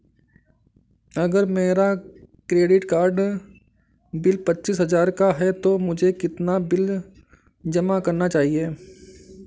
अगर मेरा credit card bill पच्चीस हजार का है तो मुझे कितना बिल जमा करना चाहिए?